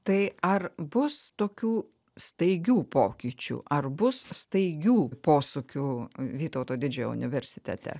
tai ar bus tokių staigių pokyčių ar bus staigių posūkių vytauto didžiojo universitete